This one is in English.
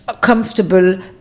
comfortable